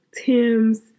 Tim's